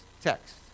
text